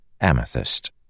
amethyst